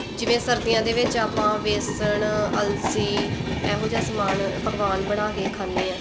ਜਿਵੇਂ ਸਰਦੀਆਂ ਦੇ ਵਿੱਚ ਆਪਾਂ ਬੇਸਣ ਅਲਸੀ ਇਹੋ ਜਿਹਾ ਸਮਾਨ ਪਕਵਾਨ ਬਣਾ ਕੇ ਖਾਂਦੇ ਹਾਂ